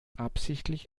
absichtlich